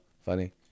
Funny